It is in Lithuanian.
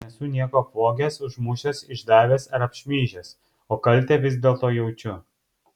nesu nieko apvogęs užmušęs išdavęs ar apšmeižęs o kaltę vis dėlto jaučiu